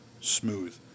smooth